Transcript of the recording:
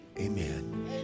Amen